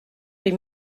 des